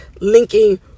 linking